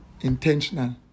intentional